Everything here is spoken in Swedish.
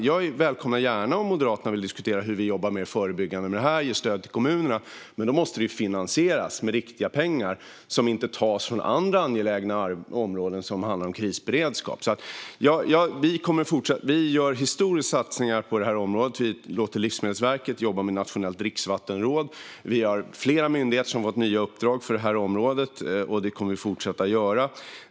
Jag välkomnar gärna att Moderaterna vill diskutera hur vi jobbar mer förebyggande med detta och ger stöd till kommunerna. Men då måste det finansieras med riktiga pengar, som inte tas från andra angelägna områden som handlar om krisberedskap. Regeringen gör historiska satsningar på området. Vi låter Livsmedelsverket jobba med ett nationellt dricksvattenråd. Vi har flera myndigheter som har fått nya uppdrag för området, och vi kommer att fortsätta att ge uppdrag.